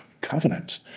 covenant